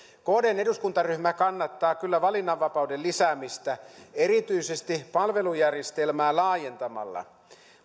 kdn eduskuntaryhmä kannattaa kyllä valinnanvapauden lisäämistä erityisesti palvelujärjestelmää laajentamalla